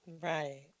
Right